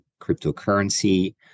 cryptocurrency